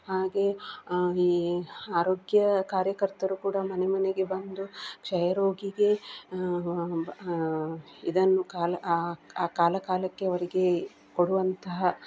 ಹಾಗೆ ಈ ಆರೋಗ್ಯ ಕಾರ್ಯಕರ್ತರು ಕೂಡ ಮನೆ ಮನೆಗೆ ಬಂದು ಕ್ಷಯ ರೋಗಿಗೆ ಇದನ್ನು ಕಾಲ ಕಾಲ ಕಾಲಕ್ಕೆ ಅವರಿಗೆ ಕೊಡುವಂತಹ